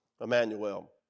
Emmanuel